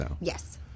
Yes